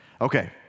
Okay